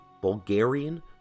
Bulgarian